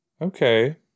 Okay